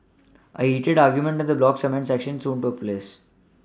a heated argument in the blog's comment section soon took place